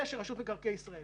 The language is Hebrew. זה שרשות מקרקעי ישראל